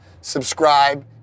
subscribe